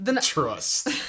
Trust